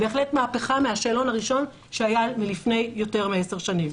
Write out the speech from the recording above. בהחלט מהפכה מהשאלון הראשון שהיה לפני יותר מ-10 שנים.